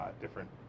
different